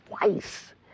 twice